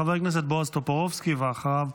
חבר הכנסת בועז טופורובסקי, ואחריו,